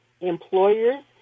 employers